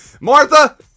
Martha